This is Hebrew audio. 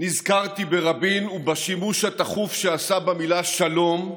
נזכרתי ברבין ובשימוש התכוף שעשה במילה "שלום",